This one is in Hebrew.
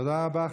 תודה רבה.